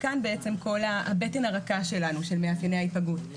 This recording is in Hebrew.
כאן בעצם הבטן הרכה שלנו של מאפייני ההיפגעות.